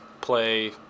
play